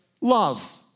love